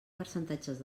percentatges